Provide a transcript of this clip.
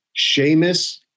Seamus